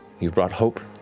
you've brought hope